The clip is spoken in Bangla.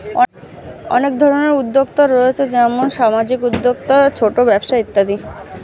অনেক ধরনের উদ্যোক্তা রয়েছে যেমন সামাজিক উদ্যোক্তা, ছোট ব্যবসা ইত্যাদি